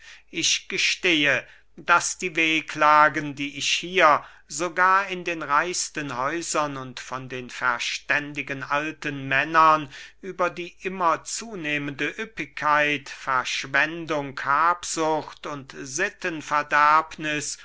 ich gestehe daß die wehklagen die ich hier sogar in den reichsten häusern und von verständigen alten männern über die immer zunehmende üppigkeit verschwendung habsucht und